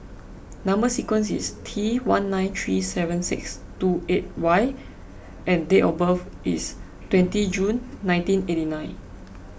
Number Sequence is T one nine three seven six two eight Y and date of birth is twenty June nineteen eighty nine